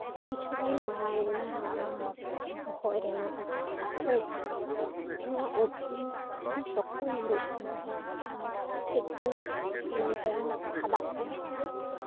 ᱠᱤᱪᱷᱩ ᱫᱤᱱ ᱢᱟᱲᱟᱝ ᱤᱧᱟᱹᱜ ᱵᱚᱦᱚᱜ ᱨᱮᱱᱟᱜ ᱡᱟᱦᱟᱸ ᱩᱵ ᱱᱚᱣᱟ ᱩᱵ ᱛᱤᱧ ᱟᱹᱰᱤ ᱥᱚᱠᱛᱚ ᱧᱩᱨᱩᱜ ᱠᱟᱱ ᱛᱟᱦᱮᱱ ᱟᱨ ᱠᱟᱹᱡᱼᱠᱟᱹᱡ ᱛᱮ ᱚᱱᱟ ᱡᱟᱭᱜᱟ ᱯᱷᱟᱫᱟᱜ ᱠᱟᱱᱟ ᱛᱟᱦᱮᱸᱫ